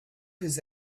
his